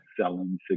selling